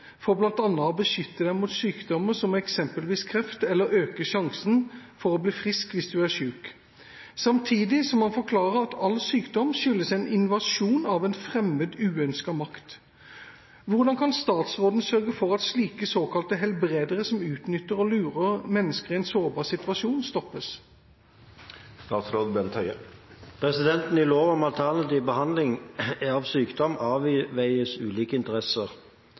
for bl.a. å beskytte deg mot sykdommer som eksempelvis kreft, eller øke sjansen for å bli frisk hvis du er syk, samtidig som han forklarer at all sykdom skyldes «en invasjon av en fremmed, uønsket makt». Hvordan kan statsråden sørge for at slike såkalte «helbredere» som utnytter og lurer mennesker i en sårbar situasjon, stoppes?» I lov om alternativ behandling av sykdom avveies ulike interesser